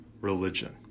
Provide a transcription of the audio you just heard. religion